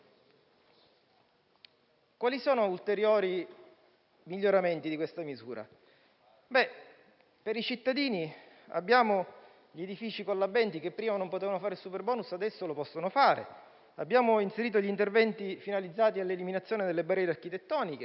gli ulteriori miglioramenti di questa misura. Per i cittadini abbiamo gli edifici collabenti, che prima non potevano fare superbonus, mentre adesso possono; abbiamo inserito gli interventi finalizzati all'eliminazione delle barriere architettoniche;